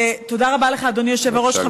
תודה רבה לך, אדוני היושב-ראש.